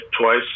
twice